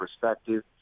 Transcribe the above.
perspective